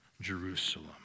Jerusalem